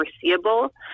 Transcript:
foreseeable